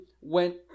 went